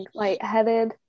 lightheaded